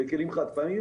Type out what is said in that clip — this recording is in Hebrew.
בכלים חד פעמיים,